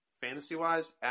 fantasy-wise